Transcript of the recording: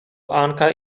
anka